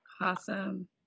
Awesome